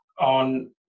on